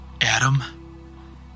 Adam